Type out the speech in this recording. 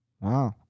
Wow